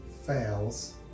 fails